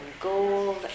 gold